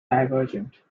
divergent